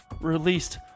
released